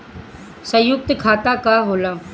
सयुक्त खाता का होला?